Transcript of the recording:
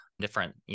different